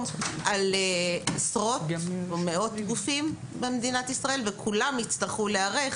על עשרות או מאות גופים במדינת ישראל וכולם יצטרכו להיערך